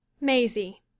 Maisie